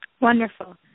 Wonderful